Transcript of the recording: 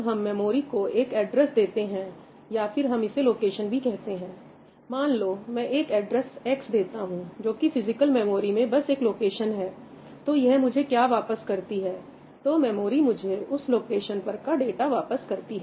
जब हम मेमोरीको एक एड्रेस देते हैं या फिर हम इसे लोकेशन भी कहते हैं मान लो मैं एक एड्रेस X देता हूं जो कि फिजिकल मेमोरी में बस एक लोकेशन है तो यह मुझे क्या वापस करती हैतो मेमोरी मुझे उस लोकेशन पर का डाटा वापस करती है